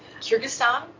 Kyrgyzstan